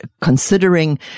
considering